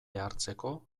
hartzeko